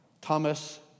Thomas